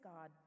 God